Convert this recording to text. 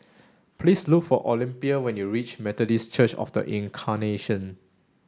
please look for Olympia when you reach Methodist Church Of The Incarnation